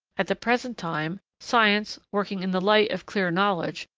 at the present time, science, working in the light of clear knowledge,